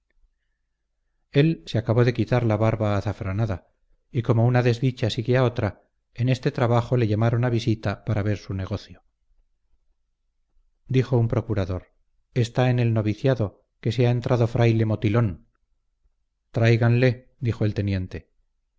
él se acabó de quitar la barba azafranada y como una desdicha sigue a otra en este trabajo le llamaron a visita para ver su negocio dijo un procurador está en el noviciado que se ha entrado fraile motilón tráiganle dijo el teniente